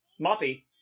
Moppy